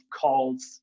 calls